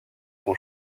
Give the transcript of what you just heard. son